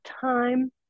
time